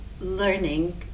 learning